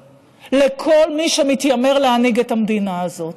לכל מי שמתיימר להנהיג את המדינה הזאת.